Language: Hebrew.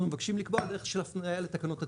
מבקשים לקבוע בדרך של הפניה לתקנות התיעוד.